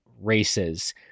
races